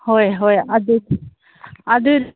ꯍꯣꯏ ꯍꯣꯏ ꯑꯗꯨ ꯑꯗꯨ